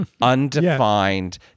undefined